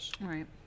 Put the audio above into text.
Right